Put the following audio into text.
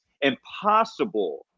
impossible